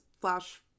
flash